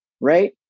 Right